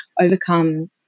overcome